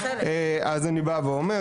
אז אני בא ואומר,